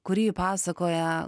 kur ji pasakoja